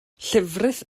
llefrith